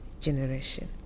generation